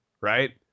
right